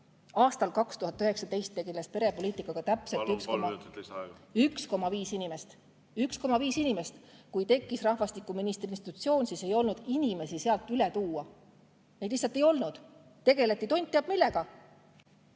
Aastal 2019 tegeles perepoliitikaga täpselt 1,5 inimest. 1,5 inimest! Kui tekkis rahvastikuministri institutsioon, siis ei olnud inimesi sinna üle tuua. Neid lihtsalt ei olnud, tegeleti tont teab millega,